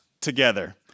together